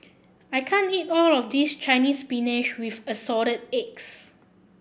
I can't eat all of this Chinese Spinach with Assorted Eggs